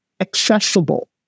accessible